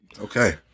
okay